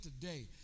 today